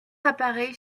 appareils